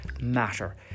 matter